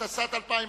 התשס"ט 2009,